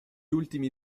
ultimi